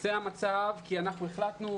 זה המצב כי אנחנו החלטנו,